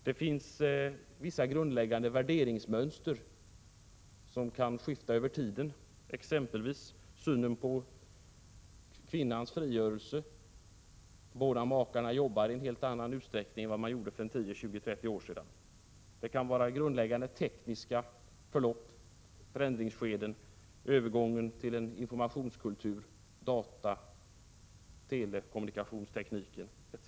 Det finns vissa grundläggande värderingsmönster som kan skifta med tiden, exempelvis synen på kvinnans frigörelse. Båda makarna arbetar i en helt annan utsträckning än man gjorde för 10, 20 eller 30 år sedan. Det kan vara grundläggande tekniska förlopp och förändringsskeden, övergången till en informationskultur, dataoch telekommunikationstekniken, etc.